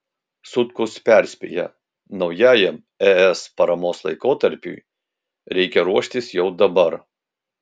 sutkus perspėja naujajam es paramos laikotarpiui reikia ruoštis jau dabar